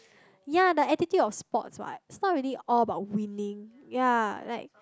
ya the attitude of sports what it's not really all about winning ya like